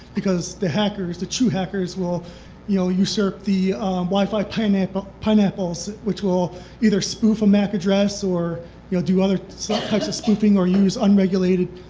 because the hackers, the true hackers will you know usurp the wi-fi pineapples pineapples which will either spoof a mac address or do other types of spoofing or use unregulated